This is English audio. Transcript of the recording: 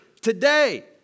today